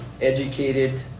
educated